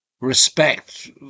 respect